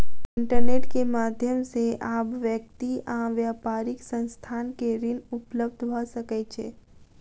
internet के माध्यम से आब व्यक्ति आ व्यापारिक संस्थान के ऋण उपलब्ध भ सकै छै